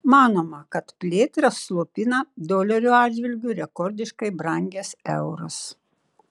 manoma kad plėtrą slopina dolerio atžvilgiu rekordiškai brangęs euras